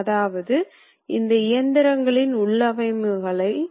எனவே ஒரு கட்டத்தில் இயந்திரத்தைக் கட்டுப்படுத்த எண் தரவு பயன்படுத்தப்பட வேண்டும்